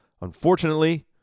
unfortunately